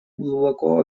глубоко